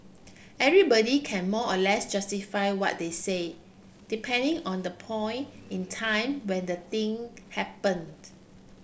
everybody can more or less justify what they say depending on the point in time when the thing happened